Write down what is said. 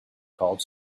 called